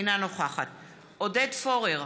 אינה נוכחת עודד פורר,